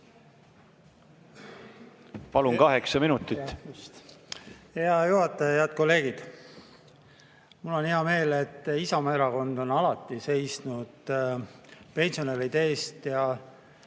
Palun, kaheksa minutit!